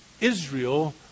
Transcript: Israel